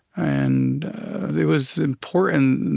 and it was important,